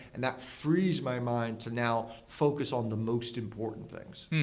and that freeze my mind to now focus on the most important things.